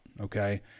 Okay